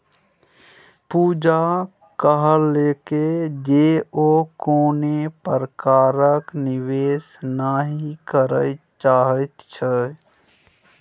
पूजा कहलकै जे ओ कोनो प्रकारक निवेश नहि करय चाहैत छै